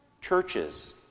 churches